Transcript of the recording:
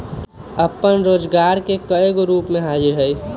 अप्पन रोजगार के कयगो रूप हाजिर हइ